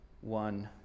one